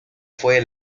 fue